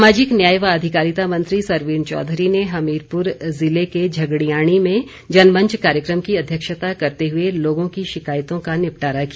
सामाजिक न्याय व अधिकारिता मंत्री सरवीण चौधरी ने हमीरपुर ज़िले के झगड़ियाणी में जनमंच कार्यक्रम की अध्यक्षता करते हुए लोगों की शिकायतों का निपटारा किया